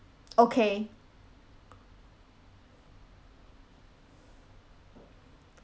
okay